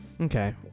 Okay